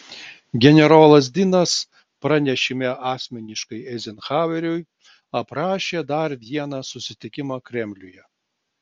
generolas dinas pranešime asmeniškai eizenhaueriui aprašė dar vieną susitikimą kremliuje